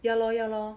ya lor ya lor